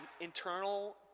internal